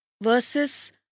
versus